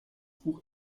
buch